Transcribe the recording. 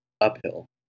uphill